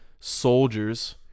soldiers